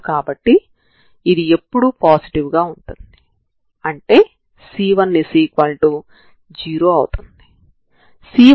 కాబట్టి x0t0 కొత్త చరరాశులలో ఉంటుంది సరేనా మరియు మీరు x0t0 ని కలిగి వున్నారు సరేనా